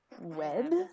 Web